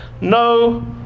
no